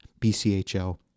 BCHL